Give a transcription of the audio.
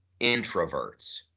introverts